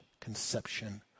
conception